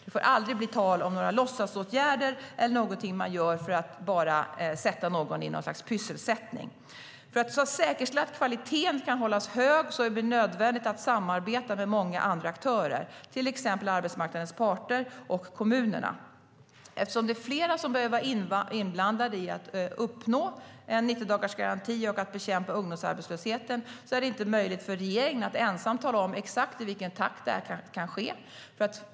Det får aldrig bli tal om några låtsasåtgärder eller något man gör bara för att sätta någon i något slags "pysselsättning". För att säkerställa att kvaliteten kan hållas hög är det nödvändigt att samarbeta med många andra aktörer, till exempel arbetsmarknadens parter och kommunerna. Eftersom det är flera som behöver vara inblandade i att uppnå en 90-dagarsgaranti och bekämpa ungdomsarbetslösheten är det inte möjligt för regeringen att ensam tala om exakt i vilken takt det kan ske.